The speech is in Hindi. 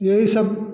यही सब